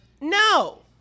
No